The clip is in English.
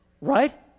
right